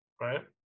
right